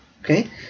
okay